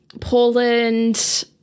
Poland